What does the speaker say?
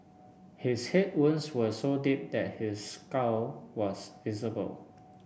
his head wounds were so deep that his skull was visible